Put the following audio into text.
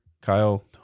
Kyle